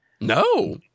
no